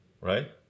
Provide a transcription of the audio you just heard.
right